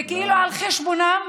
וכאילו על חשבונם,